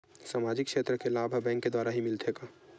सामाजिक क्षेत्र के लाभ हा बैंक के द्वारा ही मिलथे का?